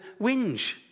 whinge